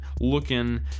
looking